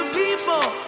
people